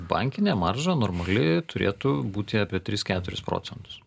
bankinė marža normali turėtų būti apie tris keturis procentus